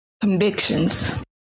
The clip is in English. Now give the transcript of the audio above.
convictions